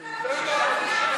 ביחד.